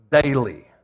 daily